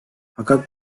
fakat